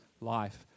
life